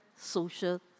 social